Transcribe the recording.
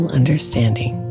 understanding